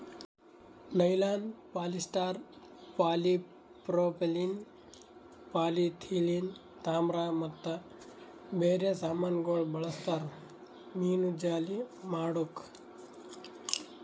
nylon, polyester, polypropylene, polyethylene, ತಾಮ್ರ ಮತ್ತ ಬೇರೆ ಸಾಮಾನಗೊಳ್ ಬಳ್ಸತಾರ್ ಮೀನುಜಾಲಿ ಮಾಡುಕ್